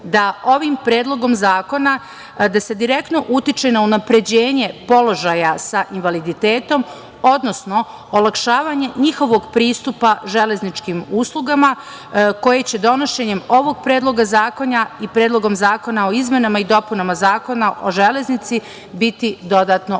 da ovim predlogom zakona, da se direktno utiče na unapređenje položaja sa invaliditetom, odnosno olakšavanje njihovog pristupa železničkim uslugama, koje će donošenjem ovog predloga zakona, i predlogom zakona o izmenama i dopunama Zakona o železnici, biti dodatno unapređen.